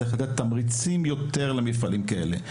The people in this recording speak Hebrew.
צריך לתת תמריצים יותר למפעלים כאלה,